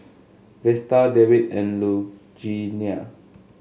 Vesta Dewitt and Lugenia